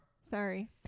Sorry